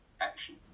action